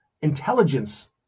intelligence